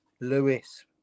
lewis